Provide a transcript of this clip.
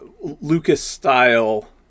Lucas-style